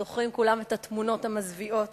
כולם זוכרים את התמונות המזוויעות